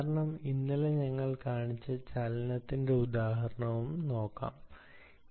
കാരണം ഇന്നലെ നമ്മൾ നോക്കിയപ്പോൾ മോഷൻ ചലനം ന്റെ ഉദാഹരണവും നോക്കിയിരുന്നു